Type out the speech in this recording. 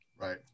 Right